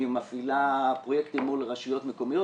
היא מפעילה פרויקטים מול רשויות מקומיות,